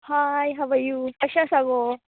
high how are you कशें आसा गो